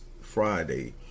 Friday